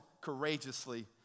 courageously